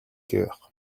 heures